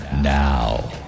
now